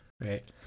Right